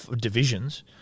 divisions